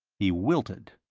he wilted.